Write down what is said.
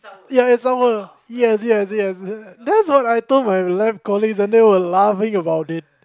ya yes yes yes that's what I told my life colleagues and they were laughing about it